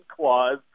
clause